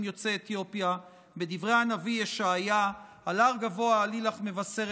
יוצאי אתיופיה בדברי הנביא ישעיה: "על הר גבה עלי לך מבשרת